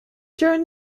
during